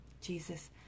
Jesus